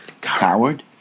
Coward